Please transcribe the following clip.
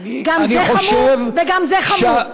גם זה חמור וגם זה חמור.